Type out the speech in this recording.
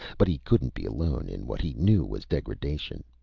but he couldn't be alone in what he knew was degradation.